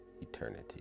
eternity